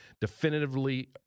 definitively